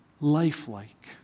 lifelike